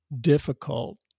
difficult